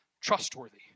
trustworthy